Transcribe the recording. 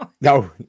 No